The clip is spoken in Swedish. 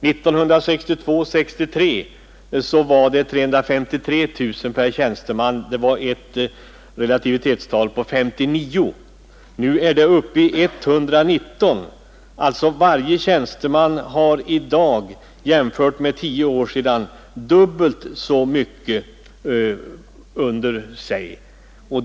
1962/63 var beloppet 353 000 kronor per tjänsteman, ett relativitetstal på 59. Nu är det talet uppe i 119, dvs. varje tjänsteman har i dag, i jämförelse med för 10 år sedan, dubbelt så mycket av verksamheten under sig.